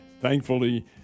Thankfully